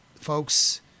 folks